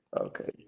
Okay